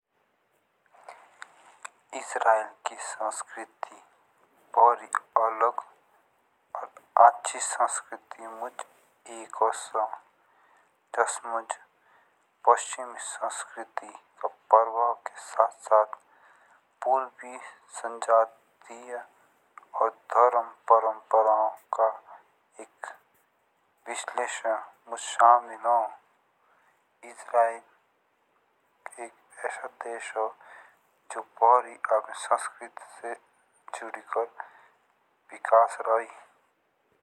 इज़राइल की संस्कृति भारी अलग और अच्छी संस्कृति मुझे एक ओसो जस मुझे। पश्चिमी संस्कृति का प्रभाव पूर्वी जनजातीय और धर्म परंपराओ का एक मिश्रण मिलो। इज़राइल एक ऐसा देश जो भारी अपने संस्कृति से जुड़ी कर विकास रा हुए।